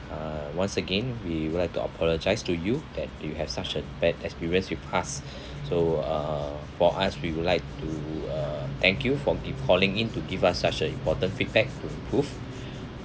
uh once again we would like to apologise to you that you had such a bad experience with us so uh for us we would like to uh thank you for giv~ calling in to give us such a important feedback to improve